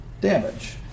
damage